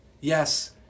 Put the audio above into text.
yes